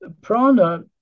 Prana